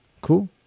Cool